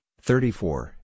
thirty-four